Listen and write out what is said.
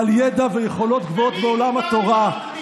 בעל ידע ויכולות גבוהות בעולם התורה.